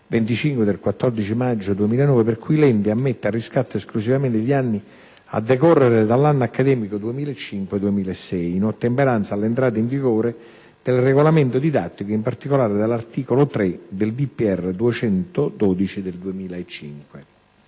25 del 14 maggio 2009, per cui l'ente ammette a riscatto esclusivamente gli anni a decorrere dall'anno accademico 2005-2006, in ottemperanza all'entrata in vigore del regolamento didattico ed in particolare dell'articolo 3 del decreto del